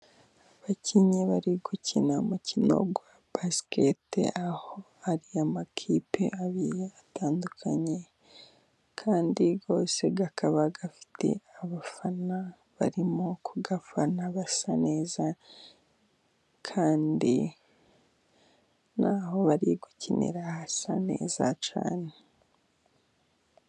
Abakinnyi bari gukina umukino wa basiketi, aho hari amakipe abiri atandukanye, kandi yose akaba afite abafana barimo kuyafana, basa neza, kandi n'aho bari gukinira hasa neza cyane.